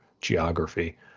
geography